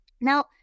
Now